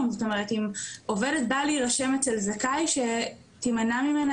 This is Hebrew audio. זאת אומרת אם עובד באה להירשם אצל זכאי שתמנע ממנה